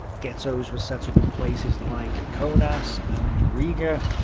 ghettos were set so up in places like kaunas and riga.